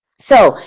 so,